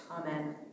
Amen